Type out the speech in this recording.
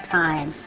time